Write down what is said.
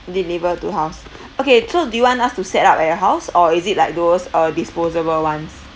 deliver to house okay so do you want us to set up at your house or is it like those uh disposable ones